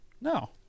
No